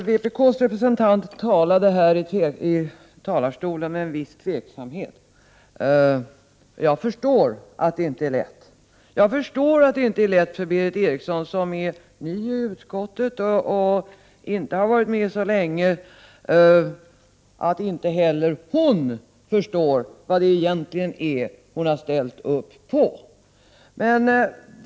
Herr talman! Vpk:s representant talade här i talarstolen med en viss tveksamhet. Jag förstår att det inte är lätt för Berith Eriksson, som är ny i utskottet och som inte varit med så länge, att förstå vad det egentligen är hon har ställt upp på.